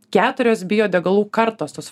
keturios biodegalų kartos tos